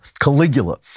Caligula